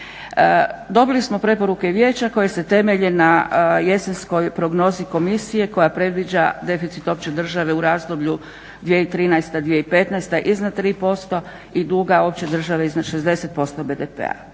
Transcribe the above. Dobili smo preporuke Vijeća koje se temelje na jesenskoj prognozi komisije koja predviđa deficit opće države u razdoblju 2013.-2015. iznad 3% i duga opće države iznad 60% BDP-a.